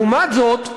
לעומת זאת,